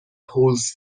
هولز